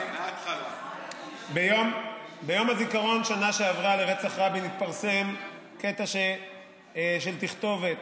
ביום הזיכרון לרצח רבין בשנה שעברה התפרסם קטע של תכתובת,